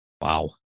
Wow